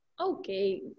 Okay